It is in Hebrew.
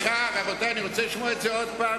אני רוצה לשמוע את זה שוב,